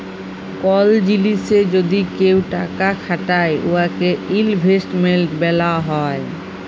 call জিলিসে যদি কেউ টাকা খাটায় উয়াকে ইলভেস্টমেল্ট ব্যলা হ্যয়